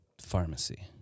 pharmacy